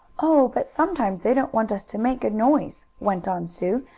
oh, but sometimes they don't want us to make a noise, went on sue.